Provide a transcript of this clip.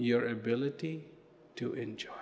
your ability to enjoy